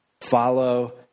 Follow